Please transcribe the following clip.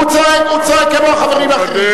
הוא צועק כמו החברים האחרים,